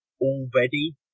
already